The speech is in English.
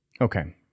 Okay